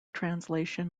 translation